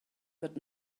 but